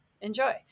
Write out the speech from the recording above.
enjoy